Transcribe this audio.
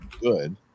good